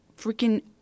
freaking